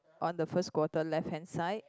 on the first quarter left hand side